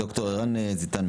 ד"ר ערן זיתן,